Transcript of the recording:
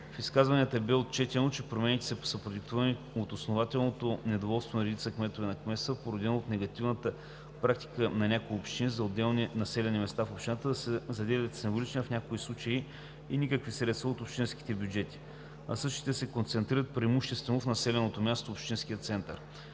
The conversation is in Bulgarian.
В изказванията бе отчетено, че промените са продиктувани от основателното недоволство на редица кметове на кметства, породено от негативната практика на някои общини за отделни населени места в общината да се заделят символични, а в някои случаи и никакви средства от общинските бюджети, а същите да се концентрират преимуществено в населеното място – общинския център.